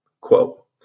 Quote